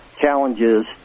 challenges